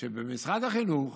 שבמשרד החינוך